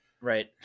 Right